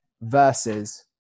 versus